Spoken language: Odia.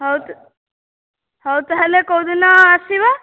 ହଉ ତ ହଉ ତାହେଲେ କେଉଁ ଦିନ ଆସିବ